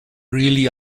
really